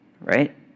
right